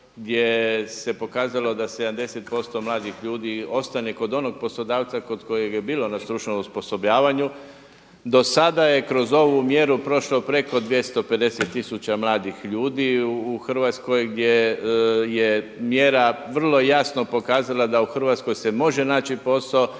gdje se pokazalo da 70% mladih ljudi ostane kod onog poslodavca kod kojeg je bilo na stručnom osposobljavanju. Do sada je kroz ovu mjeru prošlo preko 250000 mladih ljudi u Hrvatskoj gdje je mjera vrlo jasno pokazala da u Hrvatskoj se može naći posao,